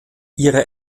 ihre